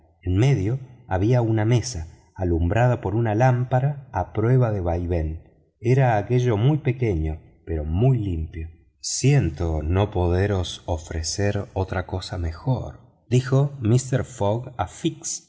en medio había una mesa alumbrada por una lámpara a prueba de vaivén era aquello muy pequeño pero muy limpio siento no poderos ofrecer otra cosa mejor dijo mister fogg a